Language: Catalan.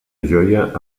joia